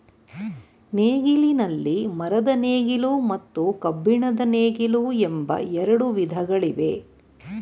ನೇಗಿಲಿನಲ್ಲಿ ಮರದ ನೇಗಿಲು ಮತ್ತು ಕಬ್ಬಿಣದ ನೇಗಿಲು ಎಂಬ ಎರಡು ವಿಧಗಳಿವೆ